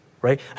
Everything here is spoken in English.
right